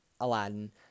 Aladdin